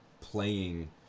playing